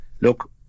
look